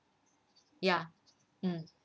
ya um